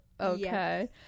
okay